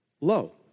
low